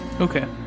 Okay